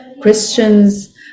Christians